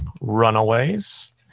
Runaways